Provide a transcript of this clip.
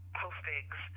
postings